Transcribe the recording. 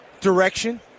direction